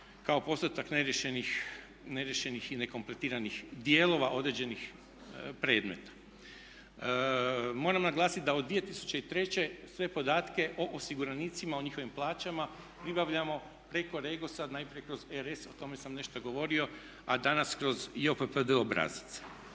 kao postotak neriješenih i nekompletiranih dijelova određenih predmeta. Moram naglasiti da od 2003. sve podatke o osiguranicima, o njihovim plaćama pribavljamo preko REGOS-a, najprije kroz RS, o tome sam nešto govorio a danas kroz JOPPD obrazac.